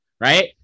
right